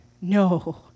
No